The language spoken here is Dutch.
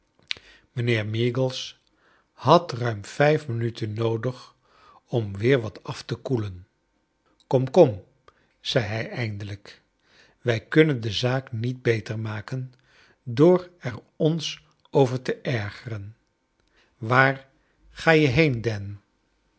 mijnheer meagles had ruim vijf minuten noodig om weer wat af te koelen kom kom zei hij eindelijk wrj kunnen de zaak niet beter maken door er ons over te ergeren waar ga je heen dan